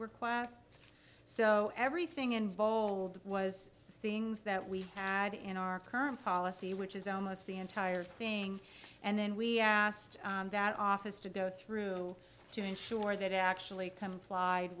requests so everything involved was things that we had in our current policy which is almost the entire thing and then we asked that office to go through to ensure that actually complied